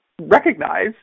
recognize